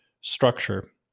structure